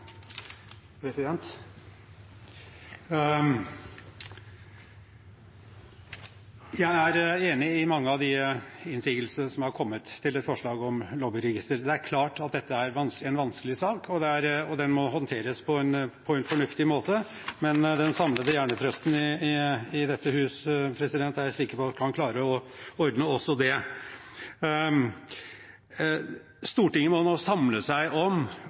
på. Jeg er enig i mange av innsigelsene som har kommet mot forslaget om lobbyregister. Det er klart dette er en vanskelig sak, og den må håndteres på en fornuftig måte, men jeg er sikker på at den samlede hjernetrusten i dette hus kan klare å ordne også det. Stortinget må samle seg om